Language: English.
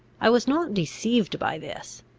i was not deceived by this.